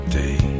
day